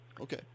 Okay